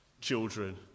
children